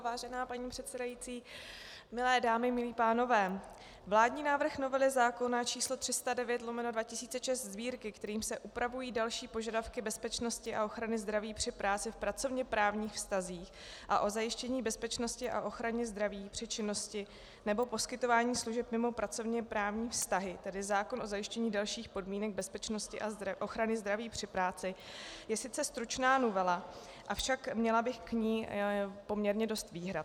Vážená paní předsedající, milé dámy, milí pánové, vládní návrh novely zákona číslo 309/2006 Sb., kterým se upravují další požadavky bezpečnosti a ochrany zdraví při práci v pracovněprávních vztazích a o zajištění bezpečnosti a ochraně zdraví při činnosti nebo poskytování služeb mimo pracovněprávní vztahy, tedy zákon o zajištění dalších podmínek bezpečnosti a ochrany zdraví při práci, je sice stručná novela, avšak měla bych k ní poměrně dost výhrad.